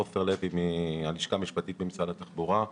שמי עופר לוי מהלשכה המשפטית במשרד התחבורה.